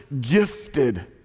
gifted